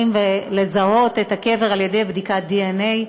כדי לזהות מי בקבר על ידי בדיקת דנ"א.